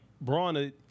Braun